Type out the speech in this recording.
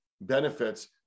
benefits